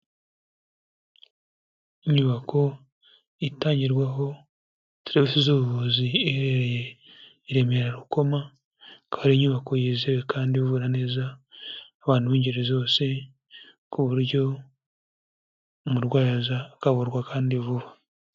Inyubako itangirwaho serevisi z'ubuvuzi, iherereye Remera-Rukoma, ikaba ari inubako yizewe kandi ivura neza, abantu b'ingeri zose, ku buryo umurwayi aza akavurwa kandi vuba.